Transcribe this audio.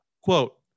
Quote